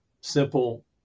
simple